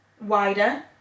wider